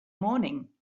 morning